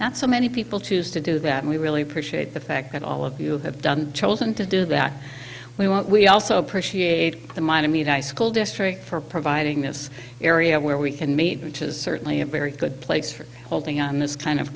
that's so many people to use to do that and we really appreciate the fact that all of you have done chosen to do that we want we also appreciate the mine i mean icicle district for providing this area where we can meet which is certainly a very good place for holding on this kind of